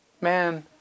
Man